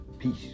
Peace